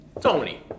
Tony